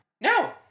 No